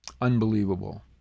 unbelievable